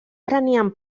prenien